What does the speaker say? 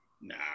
Nah